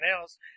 else